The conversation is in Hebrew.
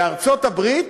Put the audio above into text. בארצות-הברית